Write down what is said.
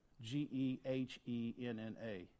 g-e-h-e-n-n-a